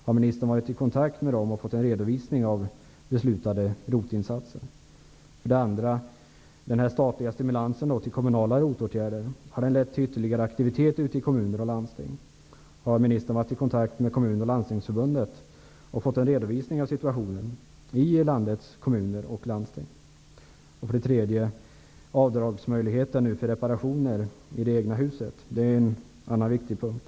Har ministern varit i kontakt med den sidan och fått en redovisning av beslutade ROT-insatser? ROT-åtgärder lett till ytterligare aktivitet ute i kommuner och landsting? Har ministern varit i kontakt med Kommunförbundet och Landstingsförbundet och fått en redovisning av situationen i landets kommuner och landsting? 3. Avdragsmöjligheter för reparationer i det egna huset är en annan viktig punkt.